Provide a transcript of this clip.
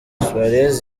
suarez